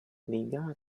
legato